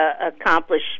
accomplish